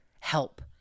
Help